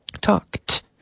Talked